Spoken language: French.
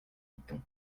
iton